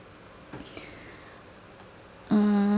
uh